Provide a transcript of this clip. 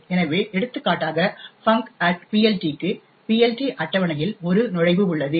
எனவே எடுத்துக்காட்டாக func PLT க்கு PLT அட்டவணையில் ஒரு நுழைவு உள்ளது